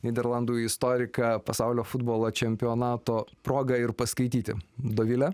nyderlandų istoriką pasaulio futbolo čempionato proga ir paskaityti dovile